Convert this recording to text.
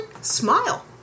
smile